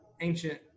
ancient